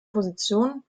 positionen